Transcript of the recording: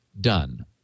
done